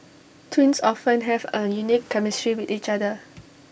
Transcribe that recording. twins often have A unique chemistry with each other